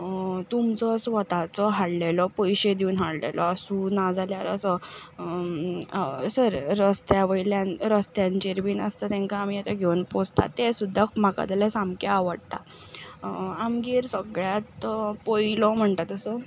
तुमचो स्वताचो हाडलेलो पयशे दिवन हाडलेलो आसूं ना जाल्यार असो रस्त्या वयल्यान रस्त्यांचेर बीन आसता तेंकां आमी आतां घेवन पोसतात ते सुद्दां म्हाका जाल्यार सामके आवडटा आमगेर सगळ्यांत पयलो म्हणटात तसो